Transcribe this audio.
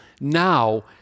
now